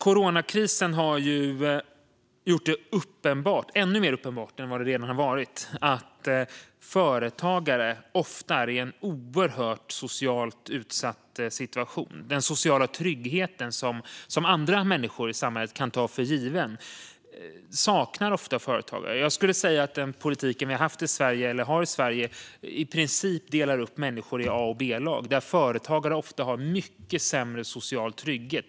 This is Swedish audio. Coronakrisen har gjort det uppenbart, ännu mer uppenbart än det redan var, att företagare ofta är i en oerhört socialt utsatt situation. Den sociala trygghet som andra människor i samhället kan ta för given saknar ofta företagare. Jag skulle säga att den politik vi haft eller har i Sverige i princip delar upp människor i A och B-lag, då företagare ofta har mycket sämre social trygghet.